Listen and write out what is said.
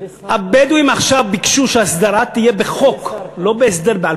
הבדואים עכשיו ביקשו שההסדרה תהיה בחוק ולא בהסדר בעל-פה.